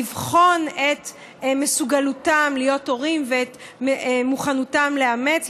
לבחון את מסוגלותם להיות הורים ואת מוכנותם לאמץ,